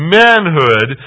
manhood